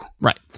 right